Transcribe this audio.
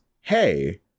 hey